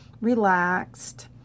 relaxed